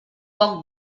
poc